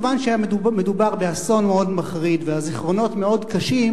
כיוון שמדובר באסון מאוד מחריד והזיכרונות מאוד קשים,